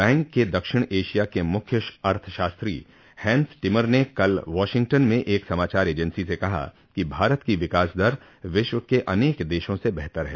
bank के दक्षिण Asia के मुख्य अर्थशास्त्री हैंस टिमर ने कल वाशिंगटन में एक समाचार एजेंसी स कहा कि भारत की विकास दर विश्व के अनेक देशों से बहतर है